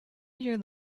year